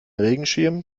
regenschirm